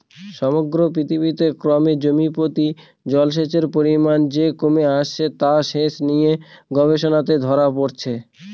সমগ্র পৃথিবীতে ক্রমে জমিপ্রতি জলসেচের পরিমান যে কমে আসছে তা সেচ নিয়ে গবেষণাতে ধরা পড়েছে